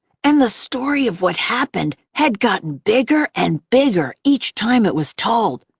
and the story of what happened had gotten bigger and bigger each time it was told.